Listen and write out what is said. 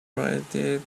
provided